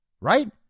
Right